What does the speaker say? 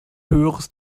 höheres